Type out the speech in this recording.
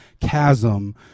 chasm